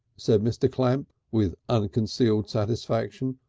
said mr. clamp, with unconcealed satisfaction.